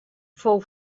fou